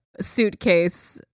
suitcase